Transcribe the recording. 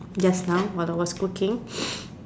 just now while I was cooking